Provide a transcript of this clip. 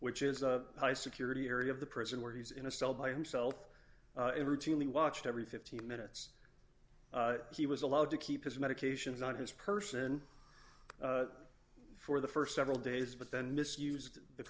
which is a high security area of the prison where he's in a cell by himself routinely watched every fifteen minutes he was allowed to keep his medications on his person for the st several days but then misused the